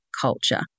culture